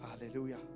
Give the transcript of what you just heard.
Hallelujah